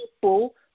people